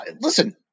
Listen